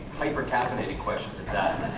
hyper caffeinated questions at that.